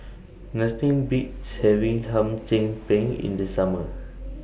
Nothing Beats having Hum Chim Peng in The Summer